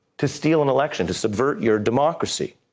to steal an election, to subvert your democracy.